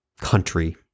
country